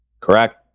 Correct